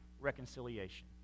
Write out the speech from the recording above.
reconciliation